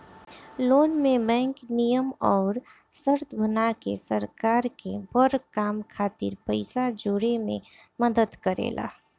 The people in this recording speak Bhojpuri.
लोन में बैंक नियम अउर शर्त बना के सरकार के बड़ काम खातिर पइसा जोड़े में मदद करेला